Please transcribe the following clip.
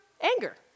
anger